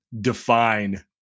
define